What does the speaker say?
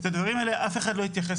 לדברים הללו אף אחד לא התייחס,